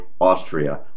Austria